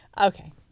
okay